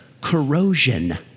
corrosion